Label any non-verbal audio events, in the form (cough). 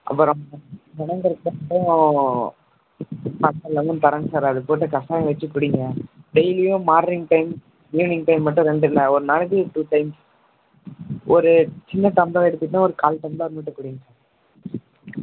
அப்புறம் பனங்கற்கண்டும் (unintelligible) தர்றேங்க சார் அதை போட்டுக் கஷாயம் வச்சுக் குடிங்க டெய்லியும் மார்னிங் டைம் ஈவ்னிங் டைம் மட்டும் ரெண்டு நான் ஒரு நாளைக்கு டூ டைம்ஸ் ஒரு சின்ன டம்ளர் எடுத்துட்டிங்கன்னா ஒரு கால் டம்ளார் மட்டும் குடிங்க சார்